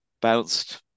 bounced